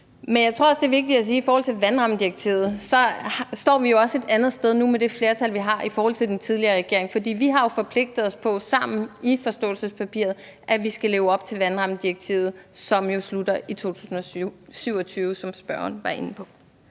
Men jeg tror også, det er vigtigt at sige, at vi jo i forhold til vandrammedirektivet også står et andet sted nu med det flertal, vi har, i forhold til den tidligere regering, for vi har jo forpligtet os på sammen i forståelsespapiret, at vi skal leve op til vandrammedirektivet, som jo slutter i 2027, som spørgeren var inde på.